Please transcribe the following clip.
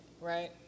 right